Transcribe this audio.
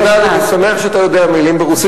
חבר הכנסת אלדד, אני שמח שאתה יודע מלים ברוסית.